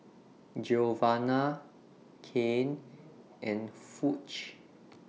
Giovanna Cain and Foch